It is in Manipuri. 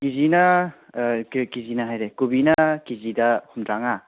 ꯀꯦꯖꯤꯅ ꯀꯦꯖꯤꯅ ꯍꯥꯏꯔꯦ ꯀꯣꯕꯤꯅ ꯀꯦꯖꯤꯗ ꯍꯨꯝꯗ꯭ꯔꯥꯉꯥ